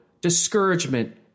discouragement